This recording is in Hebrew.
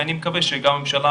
ואני מקווה שגם הממשלה